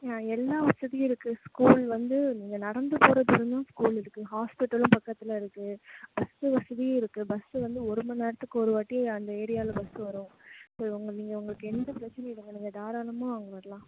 எல்லா வசதியும் இருக்குது ஸ்கூல் வந்து நீங்கள் நடந்து போகிற தூரம் தான் ஸ்கூல் இருக்குது ஹாஸ்பிட்டலும் பக்கத்தில் இருக்குது பஸ்ஸு வசதியும் இருக்குது பஸ்ஸு வந்து ஒரு மணி நேரத்துக்கு ஒரு வாட்டி அந்த ஏரியாவில் பஸ்ஸு வரும் உங்கள் நீங்கள் உங்களுக்கு எந்த பிரச்சினையும் இல்லைங்க நீங்கள் தாராளமாக வரலாம்